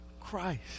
Christ